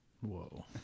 Whoa